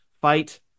fight